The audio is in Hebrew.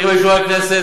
צריך את אישור הכנסת,